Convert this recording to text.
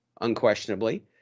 unquestionably